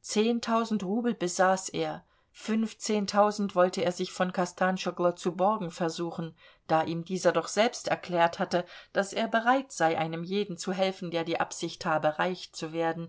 zehntausend rubel besaß er fünfzehntausend wollte er sich von kostanschoglo zu borgen versuchen da ihm dieser doch selbst erklärt hatte daß er bereit sei einem jeden zu helfen der die absicht habe reich zu werden